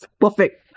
Perfect